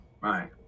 Right